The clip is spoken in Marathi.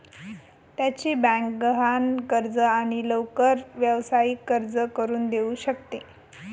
त्याची बँक गहाण कर्ज आणि लवकर व्यावसायिक कर्ज करून देऊ शकते